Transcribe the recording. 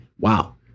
Wow